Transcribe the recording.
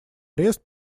арест